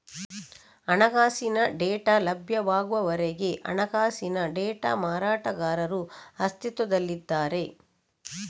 ಹಣಕಾಸಿನ ಡೇಟಾ ಲಭ್ಯವಾಗುವವರೆಗೆ ಹಣಕಾಸಿನ ಡೇಟಾ ಮಾರಾಟಗಾರರು ಅಸ್ತಿತ್ವದಲ್ಲಿದ್ದಾರೆ